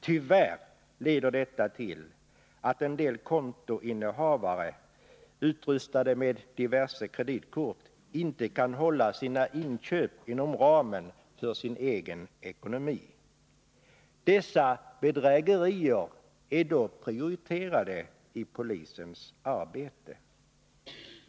Tyvärr leder detta till att en del kontoinnehavare, utrustade med diverse kreditkort, inte kan hålla sina inköp inom ramen för sin egen ekonomi. Dessa bedrägerier blir då prioriterade i polisens arbete.